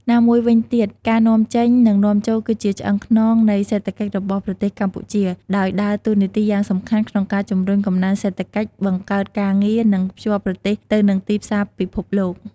ណាមួយវិញទៀតការនាំចេញ និងនាំចូលគឺជាឆ្អឹងខ្នងនៃសេដ្ឋកិច្ចរបស់ប្រទេសកម្ពុជា ដោយដើរតួនាទីយ៉ាងសំខាន់ក្នុងការជំរុញកំណើនសេដ្ឋកិច្ច បង្កើតការងារ និងភ្ជាប់ប្រទេសទៅនឹងទីផ្សារពិភពលោក។